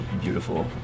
beautiful